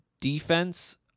defense